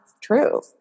true